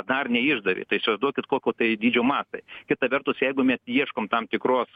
dar neišdavė tai įsivaizduokit kokio tai dydžio mastai kita vertus jeigu mes ieškom tam tikros